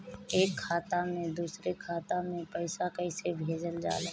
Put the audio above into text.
एक खाता से दुसरे खाता मे पैसा कैसे भेजल जाला?